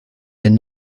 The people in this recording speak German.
den